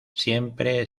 siempre